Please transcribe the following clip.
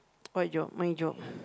what job my job